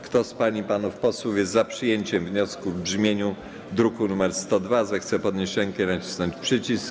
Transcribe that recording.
Kto z pań i panów posłów jest za przyjęciem wniosku w brzmieniu z druku nr 102, zechce podnieść rękę i nacisnąć przycisk.